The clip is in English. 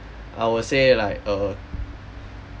I will say like err